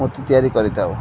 ମୂର୍ତ୍ତି ତିଆରି କରିଥାଉ